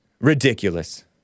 Ridiculous